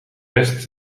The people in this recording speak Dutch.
best